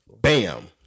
Bam